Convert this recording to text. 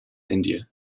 india